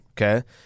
Okay